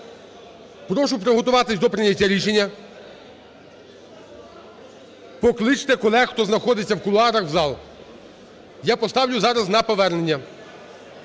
Прошу приготуватись до прийняття рішення. Покличте колег, хто знаходиться у кулуарах, в зал. Я поставлю зараз на повернення.